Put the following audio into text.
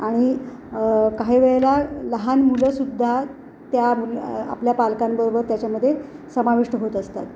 आणि काही वेळेला लहान मुलंसुद्धा त्या आपल्या पालकांबरोबर त्याच्यामध्ये समाविष्ट होत असतात